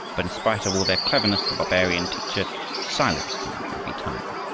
but in spite of all their cleverness the barbarian teacher silenced them every time.